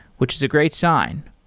which is a great sign,